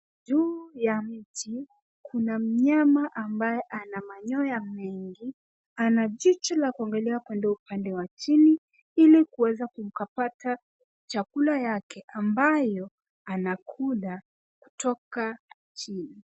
Juu ya mti, kuna mnyama ambaye ana manyoya mengi, ana jicho la kuangalia upande wa chini ili kuweza kupata chakula yake ambayo anakula kutoka chini.